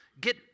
Get